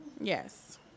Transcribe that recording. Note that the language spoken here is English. Yes